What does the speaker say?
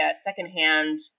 secondhand